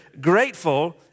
grateful